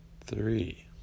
three